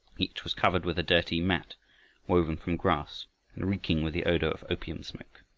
each was covered with a dirty mat woven from grass and reeking with the odor of opium smoke.